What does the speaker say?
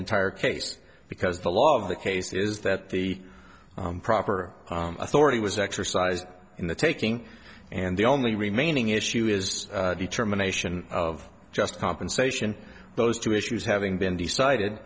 entire case because the law of the case is that the proper authority was exercised in the taking and the only remaining issue is determination of just compensation those two issues having been decided